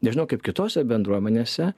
nežinau kaip kitose bendruomenėse